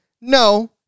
No